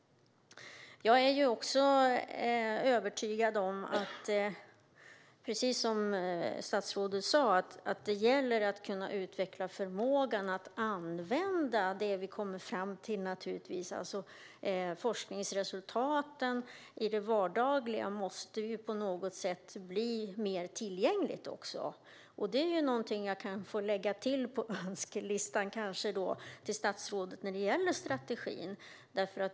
Jag är övertygad om, precis som statsrådet sa, att det gäller att kunna utveckla förmågan att kunna använda det vi kommer fram till. Forskningsresultaten måste på något sätt bli mer tillgängliga i det vardagliga. Det är kanske någonting jag kan få lägga till på önskelistan till statsrådet när det gäller strategin.